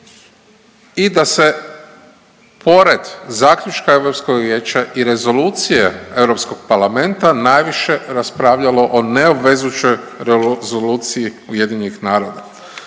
i da se pored zaključka Europskog vijeća i rezolucije Europskog parlamenta, najviše raspravljalo o neobvezujućoj rezoluciji Ujedinjenih naroda.